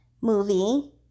movie